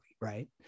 right